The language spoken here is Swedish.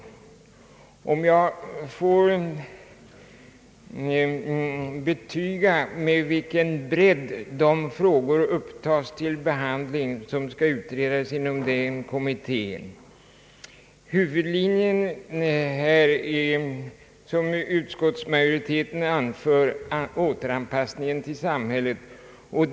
Samtidigt som jag får betyga med vilken bredd de frågor som skall utredas inom denna kommitté tas upp till behandling, vill jag framhålla att huvudsyftet, såsom utskottsmajoriteten anfört, är återanpassningen till samhället.